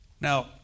Now